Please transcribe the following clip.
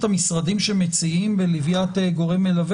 המשרדים המציעים בלוויית גורם מלווה?